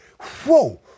whoa